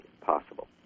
possible